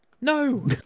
No